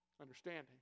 Understanding